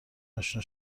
آشنا